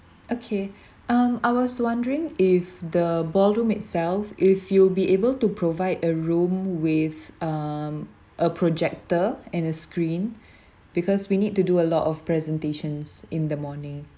okay um I was wondering if the ballroom itself if you'll be able to provide a room with um a projector and a screen because we need to do a lot of presentations in the morning